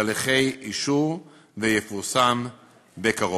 בהליכי אישור ויפורסם בקרוב.